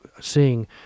Seeing